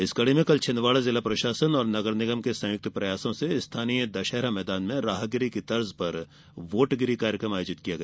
इसी कड़ी में कल छिन्दवाड़ा जिला प्रशासन और नगर निगम के संयुक्त प्रयासों से स्थानीय दशहरा मैदान में राहगिरी की तर्ज पर वोटगिरी कार्यक्रम आयोजित किया गया